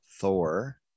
thor